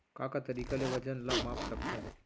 का का तरीक़ा ले वजन ला माप सकथो?